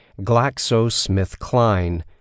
GlaxoSmithKline